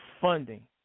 funding